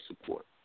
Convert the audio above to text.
support